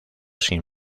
sin